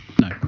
No